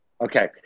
Okay